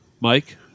Mike